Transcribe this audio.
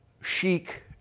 chic